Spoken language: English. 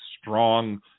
strong